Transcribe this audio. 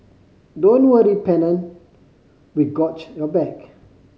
don't worry Pennant we got your back